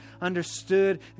understood